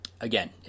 again